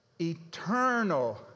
eternal